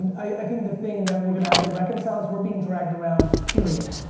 i think the thing that we're gonna have to reconcile is we're being dragged around period.